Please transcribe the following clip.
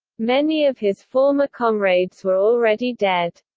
many of his former comrades were already dead.